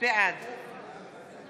בעד